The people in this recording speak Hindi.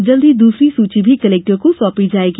जल्द ही दूसरी सूची भी कलेक्टर को सौंपी जाएगी